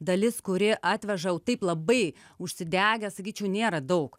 dalis kuri atveža jau taip labai užsidegę sakyčiau nėra daug